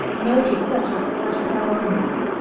nor to such as forge calumnies,